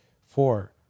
four